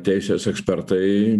teisės ekspertai